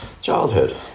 childhood